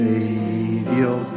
Savior